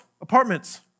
Apartments